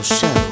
Show